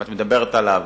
אם את מדברת עליו,